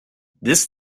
this